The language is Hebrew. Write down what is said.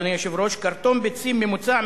אדוני היושב-ראש: קרטון ביצים ממוצע,